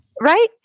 Right